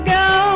go